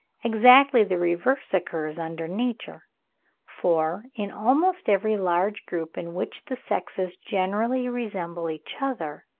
exactly the reverse occurs under nature for, in almost every large group in which the sexes generally resemble each other,